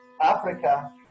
Africa